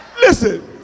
Listen